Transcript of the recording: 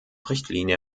richtlinie